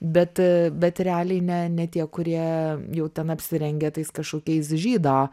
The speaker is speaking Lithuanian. bet bet realiai ne ne tie kurie jau ten apsirengę tais kažkokiais žydą